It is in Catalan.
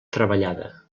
treballada